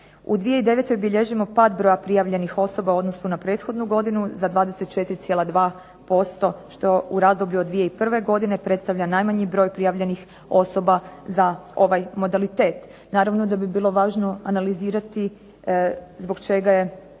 U 2009. bilježimo pad broja prijavljenih osoba u odnosu na prethodnu godinu za 24,2% što u razdoblju od 2001. godine predstavlja najmanji broj prijavljenih osoba za ovaj modalitet. Naravno da bi bilo važno analizirati zbog čega je